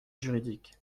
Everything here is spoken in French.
juridique